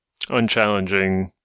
unchallenging